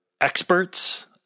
experts